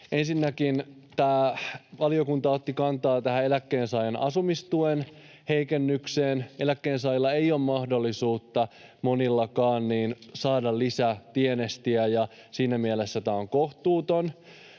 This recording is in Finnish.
Ensinnäkin valiokunta otti kantaa tähän eläkkeensaajan asumistuen heikennykseen. Eläkkeensaajista monillakaan ei ole mahdollisuutta saada lisätienestejä, ja siinä mielessä tämä on kohtuuton.